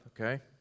okay